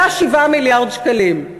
היה 7 מיליארד שקלים.